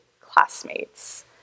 classmates